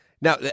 Now